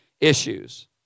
issues